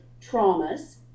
traumas